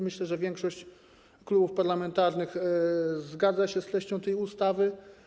Myślę, że większość klubów parlamentarnych zgadza się z treścią tej ustawy.